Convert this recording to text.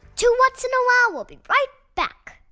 two whats? and a wow! will be right back.